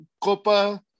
Copa